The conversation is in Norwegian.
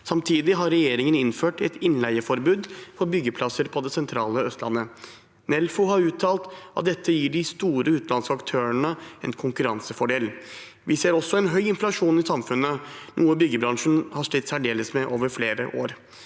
Samtidig har regjeringen innført et innleieforbud for byggeplasser på det sentrale Østlandet. Nelfo har uttalt at dette gir de store utenlandske aktørene en konkurransefordel. Vi ser også en høy inflasjon i samfunnet, noe byggebransjen har slitt særdeles med over flere år.